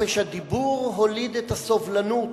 חופש הדיבור הוליד את הסובלנות,